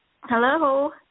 Hello